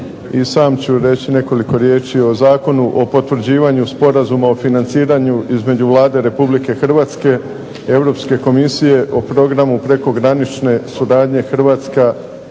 I sam ću reći nekoliko riječi o Zakonu o potvrđivanju Sporazuma o financiranju između Vlade Republike Hrvatske, Europske komisije o programu prekogranične suradnje Hrvatska